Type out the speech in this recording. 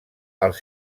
els